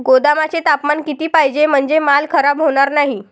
गोदामाचे तापमान किती पाहिजे? म्हणजे माल खराब होणार नाही?